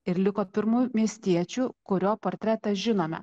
ir liko pirmu miestiečiu kurio portretą žinome